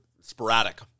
sporadic